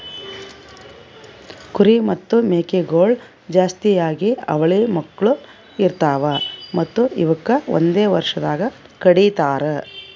ಕುರಿ ಮತ್ತ್ ಮೇಕೆಗೊಳ್ ಜಾಸ್ತಿಯಾಗಿ ಅವಳಿ ಮಕ್ಕುಳ್ ಇರ್ತಾವ್ ಮತ್ತ್ ಇವುಕ್ ಒಂದೆ ವರ್ಷದಾಗ್ ಕಡಿತಾರ್